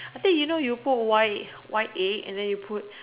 then you know you put white white egg and then you put